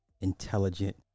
intelligent